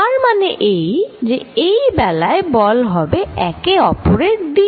তার মানে এই যে এই বেলায় বল হবে একে অপরের দিকে